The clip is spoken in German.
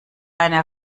eine